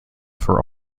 for